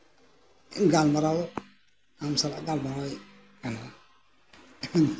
ᱜᱟᱞᱢᱟᱨᱟᱣ ᱟᱢ ᱥᱟᱞᱟᱜ ᱜᱟᱞᱢᱟᱨᱟᱣ ᱠᱟᱹᱱᱟᱹᱧ